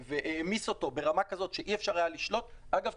והעמיס אותו ברמה כזאת שאי אפשר היה לשלוט אגב,